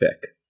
pick